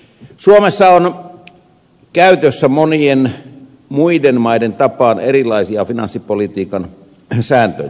suomessa on käytössä monien muiden maiden tapaan erilaisia finanssipolitiikan sääntöjä